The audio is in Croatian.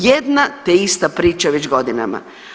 Jedna te ista priča već godinama.